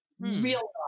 Real